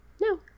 No